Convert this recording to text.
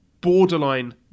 borderline